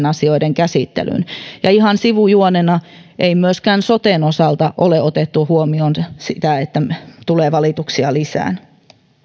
asioiden käsittelyyn ihan sivujuonena ei myöskään soten osalta ole otettu huomioon sitä että tulee valituksia lisää